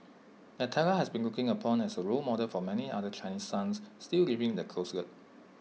Natalia has been looked upon as A role model for many other Chinese sons still living in the closet